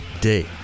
day